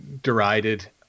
derided